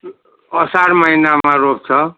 असार महिनामा रोप्छ